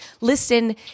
listen